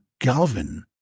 Galvin